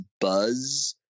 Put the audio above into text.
buzz